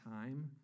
time